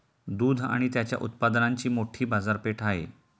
दूध आणि त्याच्या उत्पादनांची मोठी बाजारपेठ आहे